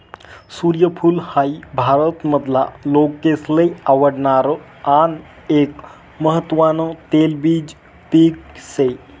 सूर्यफूल हाई भारत मधला लोकेसले आवडणार आन एक महत्वान तेलबिज पिक से